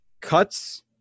Cuts